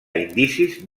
indicis